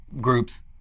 groups